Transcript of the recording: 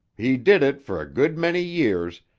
he did it for a good many years,